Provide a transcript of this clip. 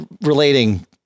relating